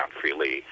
freely